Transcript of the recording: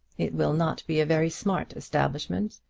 it will not be a very smart establishment.